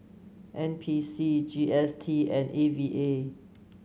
N P C G S T and A V A